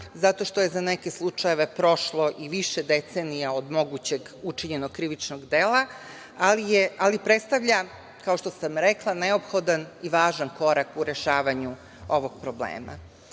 zato što je za neke slučajeve prošlo i više decenija od mogućeg učinjenog krivičnog dela, ali predstavlja, kao što sam rekla, neophodan i važan korak u rešavanju ovog problema. Takođe,